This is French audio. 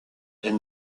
elle